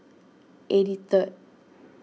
eighty third